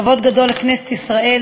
כבוד גדול לכנסת ישראל,